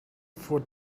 for